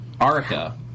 Arica